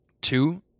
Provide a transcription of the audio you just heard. Two